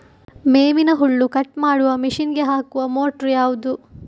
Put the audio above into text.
ಮೇವಿನ ಹುಲ್ಲು ಕಟ್ ಮಾಡುವ ಮಷೀನ್ ಗೆ ಹಾಕುವ ಮೋಟ್ರು ಯಾವುದು?